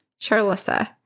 Charlissa